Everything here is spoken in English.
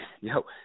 Yo